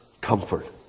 comfort